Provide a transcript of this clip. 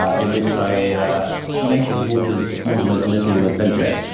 ah in which i ah mentioned mortimer's mortimer's little adventure.